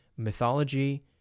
mythology